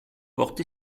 portent